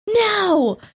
no